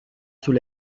sous